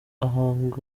ahanga